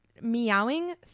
Meowing